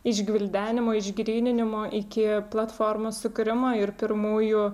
išgvildenimo išgryninimo iki platformos sukūrimo ir pirmųjų